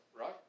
right